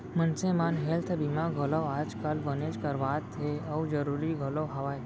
मनसे मन हेल्थ बीमा घलौ आज काल बनेच करवात हें अउ जरूरी घलौ हवय